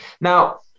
Now